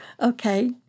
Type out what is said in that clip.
okay